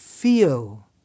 Feel